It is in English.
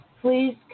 Please